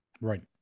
right